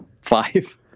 Five